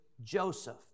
Joseph